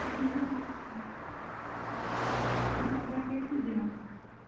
اسہ چھُ نہٕ کانٛہہ اعتراض آ تۄہہِ گَژھوٕ جۄین